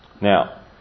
Now